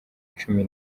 cumi